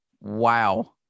Wow